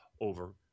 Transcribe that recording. over